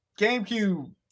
GameCube